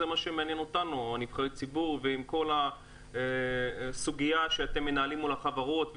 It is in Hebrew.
זה מה שמעניין אותנו נבחרי הציבור וכל הסוגיה שאתם מנהלים מול החברות,